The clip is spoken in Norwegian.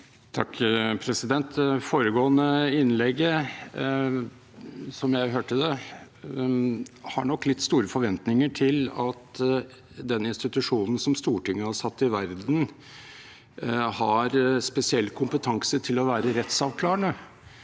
slik jeg hørte det, har man nok litt store forventninger til at denne institusjonen som Stortinget har satt til verden, har spesiell kompetanse til å være rettsavklarende.